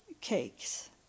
cakes